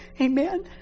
Amen